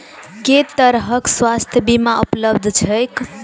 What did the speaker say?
केँ तरहक स्वास्थ्य बीमा उपलब्ध छैक?